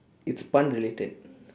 it's pun related